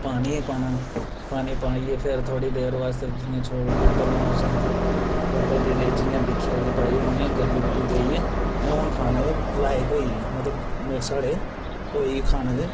पानी पाना पानी पाइयै फिर थोह्ड़ी देर आस्ते जि'यां छोड़ू उड़ी उब्बलने आस्तै उब्बलदी रेही जि'यां दिक्खेआ के भाई हुन एह् गली गुली गेई ऐ हुन खाने लायक होई गेई ऐ मतलब साढ़े होई गेई खाने दे